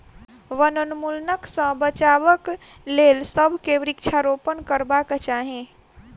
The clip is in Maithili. वनोन्मूलनक सॅ बचाबक लेल सभ के वृक्षारोपण करबाक चाही